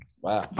wow